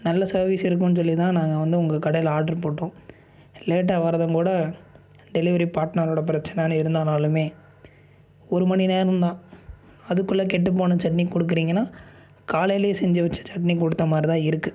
நல்ல சர்வீஸ் இருக்குன்னு சொல்லி தான் நாங்கள் வந்து உங்கள் கடையில் ஆர்டர் போட்டோம் லேட்டாக வரதும் கூட டெலிவரி பார்ட்னரோட பிரச்சனைன்னு இருந்தானாலுமே ஒரு மணி நேரம்தான் அதுக்குள்ளே கெட்டுப்போன சட்னி கொடுக்குறீங்கன்னா காலைல செஞ்சு வச்ச சட்னி கொடுத்த மாதிரி தான் இருக்கு